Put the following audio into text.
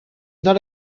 not